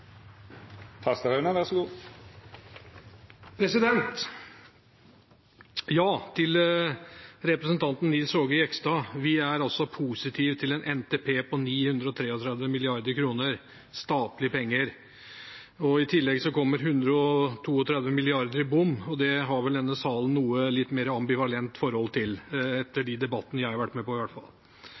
positive til en NTP på 933 mrd. kr, statlige penger. I tillegg kommer 132 mrd. kr i bompenger, og det har vel denne sal et noe mer ambivalent forhold til – etter de debattene jeg har vært med på i hvert fall.